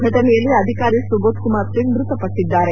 ಘಟನೆಯಲ್ಲಿ ಅಧಿಕಾರಿ ಸುಬೋಧ್ ಕುಮಾರ್ ಸಿಂಗ್ ಮೃತಪಟ್ಟಿದ್ದಾರೆ